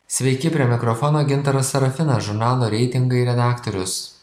sveiki prie mikrofono gintaras serafinas žurnalo reitingai redaktorius